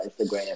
Instagram